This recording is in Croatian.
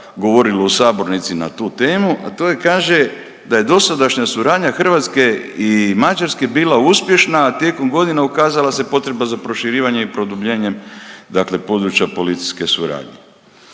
govorilo u sabornici na tu temu, a to je kaže da je dosadašnja suradnja Hrvatske i Mađarske bila uspješna, a tijekom godina ukazala se potreba za proširivanjem i produbljenjem dakle područja policijske suradnje.